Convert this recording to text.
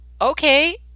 okay